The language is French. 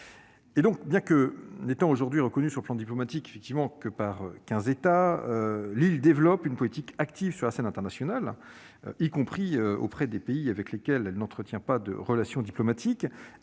Taïwan. Bien que n'étant aujourd'hui reconnue sur le plan diplomatique que par quinze États, l'île développe une politique active sur la scène internationale, y compris auprès des pays avec lesquels elle n'entretient pas de relations diplomatiques.